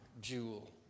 jewel